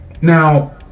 now